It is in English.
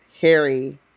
harry